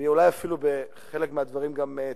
היא אולי אפילו בחלק מהדברים גם תקדימית.